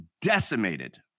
decimated